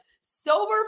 sober